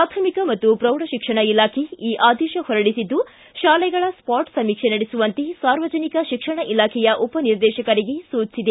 ಪ್ರಾಥಮಿಕ ಮತ್ತು ಪ್ರೌಢ ಶಿಕ್ಷಣ ಇಲಾಖೆ ಈ ಆದೇಶ ಹೊರಡಿಬಿದ್ದು ಶಾಲೆಗಳ ಸ್ವಾಟ್ ಸಮೀಕ್ಷೆ ನಡೆಸುವಂತೆ ಸಾರ್ವಜನಿಕ ಶಿಕ್ಷಣ ಇಲಾಖೆಯ ಉಪ ನಿರ್ದೇಶಕರಿಗೆ ಸೂಚಿಸಿದೆ